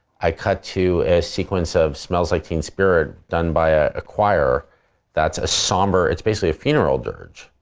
i cut to a sequence of smells like teen spirit done by a a choir that's a sombre, it's basically a funeral gurge.